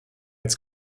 its